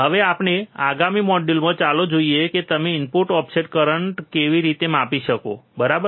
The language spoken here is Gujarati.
તો હવે આગામી મોડ્યુલમાં ચાલો જોઈએ કે તમે ઇનપુટ ઓફસેટ કરંટને કેવી રીતે માપી શકો બરાબર